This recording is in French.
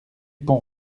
pont